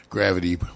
Gravity